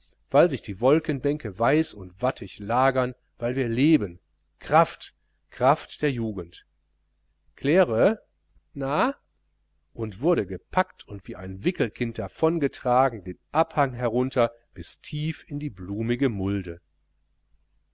weil sich die wolkenbänke weiß und wattig lagern weil wir leben kraft kraft der jugend claire na und wurde gepackt und wie ein wickelkind davongetragen den abhang herunter bis tief in die blumige mulde